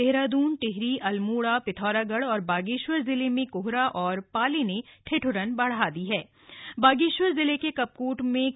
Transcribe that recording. देहरादून टिहरी अल्मोड़ा पिथौरागढ़ और बागेश्वर जिले में कोहरा और पाले ने ठिठ्रन बढ़ा बागेश्वर जिले के कपकोट दी है